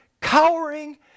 cowering